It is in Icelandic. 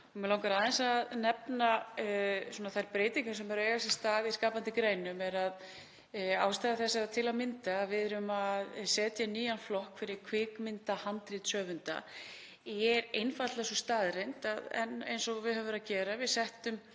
Mig langar aðeins að nefna þær breytingar sem eru að eiga sér stað í skapandi greinum. Ástæða þess til að mynda að við erum að setja inn nýjan flokk fyrir kvikmyndahandritshöfunda er einfaldlega sú staðreynd — eins og við höfum verið að gera þá settum